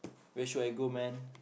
where should I go man